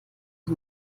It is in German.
sie